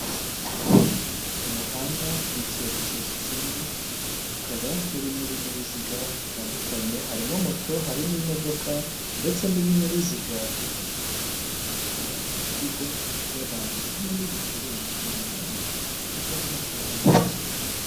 Umuhanda w'icyerekezo kimwe, ukaba urimo ibinyabiziga bitandukanye, harimo moto, harimo imodoka ndetse n'ibinyabiziga byifashishwa mu gutwara imizigo y'abantu hamwe n'ibicuruzwa. Uyu muhanda ufite n'amatara awumurikira.